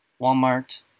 Walmart